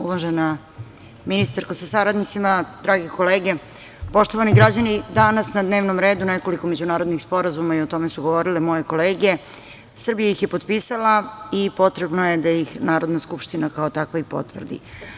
Uvažena ministarko sa saradnicima, drage kolege, poštovani građani, danas na dnevnom redu nekoliko međunarodnih sporazuma i o tome su govorile moje kolege, Srbija ih je potpisala i potrebno je da ih Narodna skupština kao takva i potvrdi.